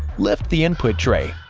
lift the input tray,